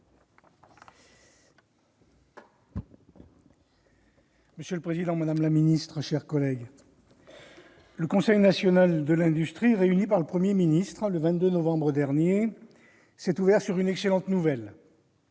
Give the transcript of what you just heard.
Monsieur le président, madame la secrétaire d'État, mes chers collègues, le Conseil national de l'industrie, réuni par le Premier ministre le 22 novembre dernier, s'est ouvert sur une excellente nouvelle